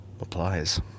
applies